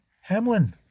Hamlin